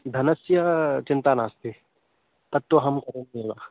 धनस्य चिन्ता नास्ति तत्तु अहं करोम्येव